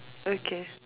okay